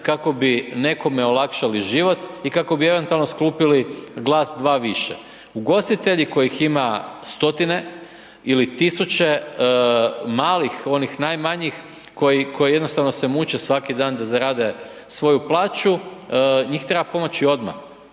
kako bi nekome olakšali život i kako bi eventualno skupili glas, dva više? Ugostitelji kojih ima stotine ili tisuće malih, onih najmanjih koji jednostavno se muče svaki dan da zarade svoju plaću, njih treba pomoći odmah.